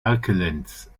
erkelenz